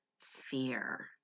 fear